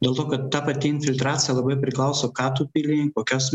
dėl to kad ta pati infiltracija labai priklauso ką tu pili kokias